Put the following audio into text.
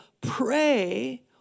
pray